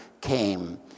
came